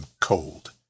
cold